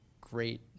great